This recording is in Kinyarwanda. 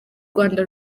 rwanda